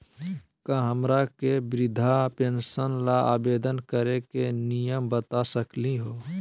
का हमरा के वृद्धा पेंसन ल आवेदन करे के नियम बता सकली हई?